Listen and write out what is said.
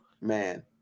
Man